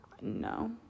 No